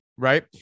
Right